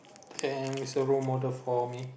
and is a role model for me